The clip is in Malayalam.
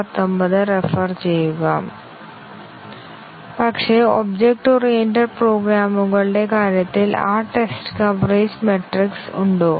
പക്ഷേ ഒബ്ജക്റ്റ് ഓറിയന്റഡ് പ്രോഗ്രാമുകളുടെ കാര്യത്തിൽ ആ ടെസ്റ്റ് കവറേജ് മെട്രിക്സ് ഉണ്ടോ